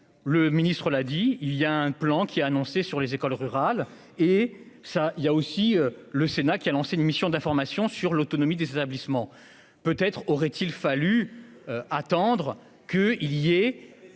Le ministre l'a dit il y a un plan qui a annoncé sur les écoles rurales et ça il y a aussi le Sénat qui a lancé une mission d'information sur l'autonomie des établissements. Peut-être aurait-il fallu attendre que il y ait